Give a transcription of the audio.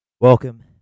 Welcome